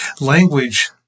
language